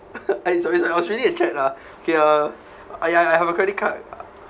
I sorry sorry I was reading a chat ah okay uh ah ya I have a credit card